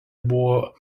buvo